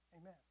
Amen